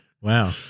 Wow